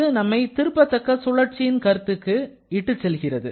இது நம்மை திருப்பத்தக்க சுழற்சியின் கருத்துக்கு நம்மை இட்டுச் செல்கிறது